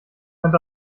hand